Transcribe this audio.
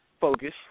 focus